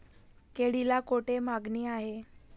केळीला कोठे मागणी आहे?